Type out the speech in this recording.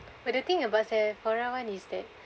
but the thing about Sephora one is that